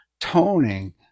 toning